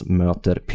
möter